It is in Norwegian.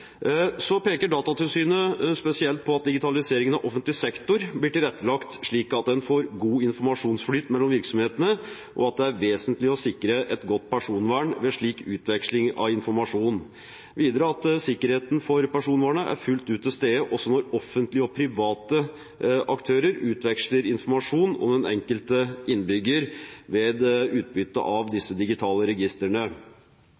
Så peker Datatilsynet spesielt på at digitaliseringen av offentlig sektor blir tilrettelagt slik at en får god informasjonsflyt mellom virksomhetene, at det er vesentlig å sikre et godt personvern ved slik utveksling av informasjon, og at sikkerheten for personvernet er fullt ut til stede også når offentlige og private aktører utveksler informasjon om den enkelte innbygger